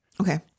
Okay